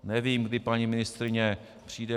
Nevím, kdy paní ministryně přijde.